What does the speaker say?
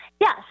Yes